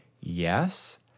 yes